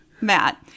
Matt